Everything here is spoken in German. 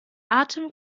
atem